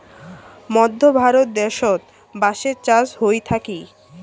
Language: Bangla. মধ্য ভারত দ্যাশোত বাঁশের চাষ হই থাকি